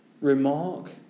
remark